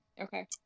Okay